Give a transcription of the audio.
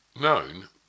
known